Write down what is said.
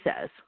says